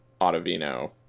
Ottavino